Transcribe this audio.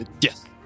yes